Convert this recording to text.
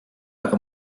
aga